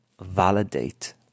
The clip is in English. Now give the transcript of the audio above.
Validate